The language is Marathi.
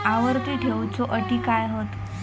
आवर्ती ठेव च्यो अटी काय हत?